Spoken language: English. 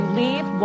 leave